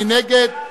מי נגד?